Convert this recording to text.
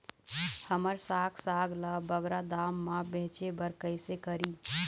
हमर साग साग ला बगरा दाम मा बेचे बर कइसे करी?